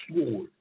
sword